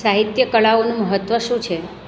સાહિત્ય કળાઓનું મહત્વ શું છે